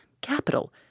Capital